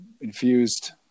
infused